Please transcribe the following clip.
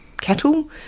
cattle